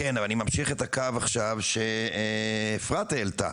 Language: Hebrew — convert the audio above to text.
כן, אבל אני ממשיך את הקו עכשיו שאפרת העלתה,